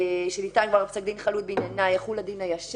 שניתן כבר פסק דין חלוט בעניינה יחול הדין הישן.